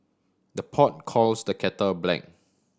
the pot calls the kettle black